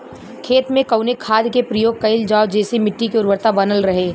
खेत में कवने खाद्य के प्रयोग कइल जाव जेसे मिट्टी के उर्वरता बनल रहे?